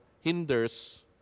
hinders